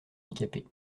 handicapées